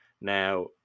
now